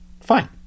fine